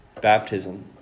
baptism